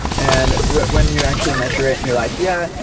and when when you actually measure it and you're like, yeah,